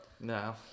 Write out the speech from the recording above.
No